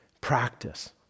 Practice